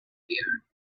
here